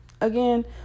Again